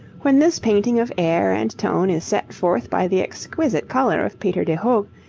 when this painting of air and tone is set forth by the exquisite colour of peter de hoogh,